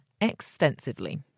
extensively